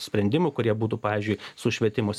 sprendimų kurie būtų pavyzdžiui su švietimo si